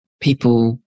people